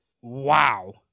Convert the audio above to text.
wow